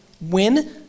win